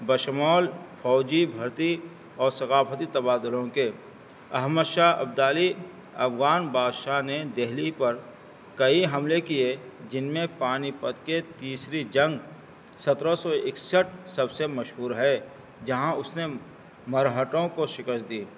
بشمول فوجی بھرتی اور ثقافتی تبادلوں کے احمد شاہ عبدالی افغان بادشاہ نے دہلی پر کئی حملے کیے جن میں پانیپت کے تیسری جنگ سترہ سو اکسٹھ سب سے مشہور ہے جہاں اس نے مرہٹوں کو شکست دی